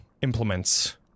implements